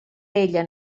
ella